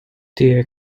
der